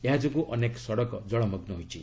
ଏହା ଯୋଗୁଁ ଅନେକ ସଡ଼କ ଜଳମଗୁ ହୋଇଛି